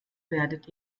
werdet